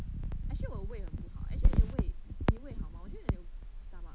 actually 我的胃很不好 eh actually 我的胃我的胃 hor 就是 stomach